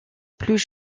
plus